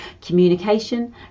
communication